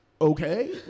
okay